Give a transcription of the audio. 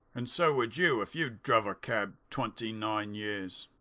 and so would you if you'd druv a cab twenty-nine years.